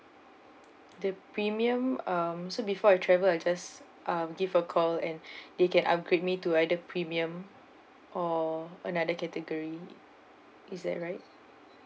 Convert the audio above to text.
the premium um so before I travel I just uh give a call and they can upgrade me to either premium or another category is that right